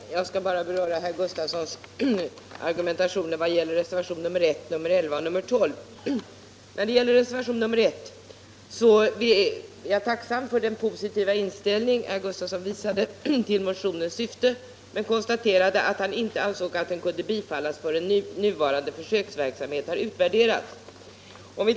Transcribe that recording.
Herr talman! Jag skall bara beröra herr Gustafssons i Barkarby argumentation beträffande reservationerna 1, 11 och 12. När det gäller reservationen 1 är jag tacksam för den positiva inställning som herr Gustafsson visade till vår motions syfte. Han konstaterade dock att han inte ansåg att motionen kunde bifallas förrän nuvarande försöksverksamhet har utvärderats.